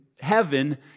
heaven